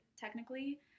technically